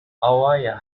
auweia